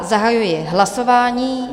Zahajuji hlasování.